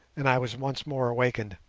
and i was once more awakened.